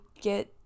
get